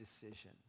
decision